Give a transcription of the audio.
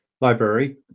library